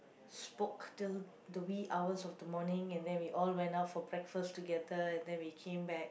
spoke till the wee hours of the morning and then we all went out for breakfast together and then we came back